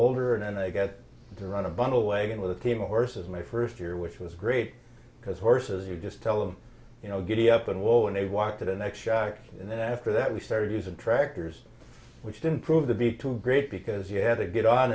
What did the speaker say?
older and i get to run a bundle wagon with a team of horses my first year which was great because horses you just tell them you know giddy up and well when they walk to the next shack and then after that we started using tractors which didn't prove to be too great because you had to get o